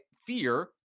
fear